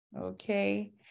Okay